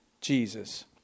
Jesus